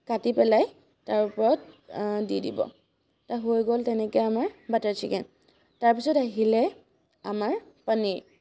কাটি পেলাই তাৰ ওপৰত দি দিব তাৰ হৈ গ'ল তেনেকৈ আমাৰ বাটাৰ চিকেন তাৰপিছত আহিলে আমাৰ পনীৰ